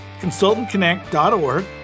consultantconnect.org